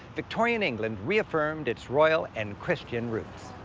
victorian england reaffirmed its royal and christian roots.